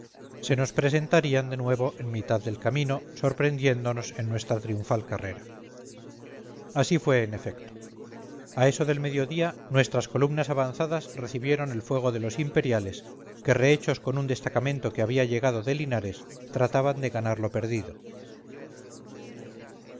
se nos presentarían de nuevo en mitad del camino sorprendiéndonos en nuestra triunfal carrera así fue en efecto a eso del medio día nuestras columnas avanzadas recibieron el fuego de los imperiales que rehechos con un destacamento que había llegado de linares trataban de ganar lo perdido